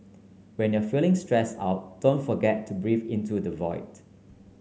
when you are feeling stress out don't forget to breathe into the void